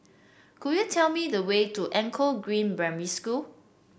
could you tell me the way to Anchor Green Primary School